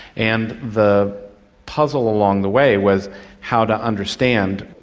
and the puzzle along the way was how to understand,